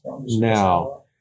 now